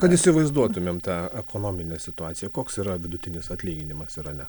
kad įsivaizduotumėm tą ekonominę situaciją koks yra vidutinis atlyginimas irane